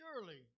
Surely